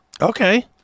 Okay